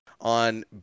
on